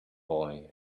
boy